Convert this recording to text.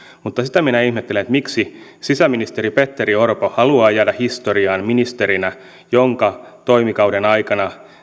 mutta sitä minä ihmettelen miksi sisäministeri petteri orpo haluaa jäädä historiaan ministerinä jonka sisäministeritoimikauden aikana